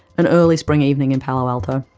an early spring evening in palo alto.